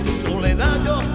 Soledad